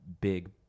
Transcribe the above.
big